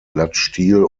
blattstiel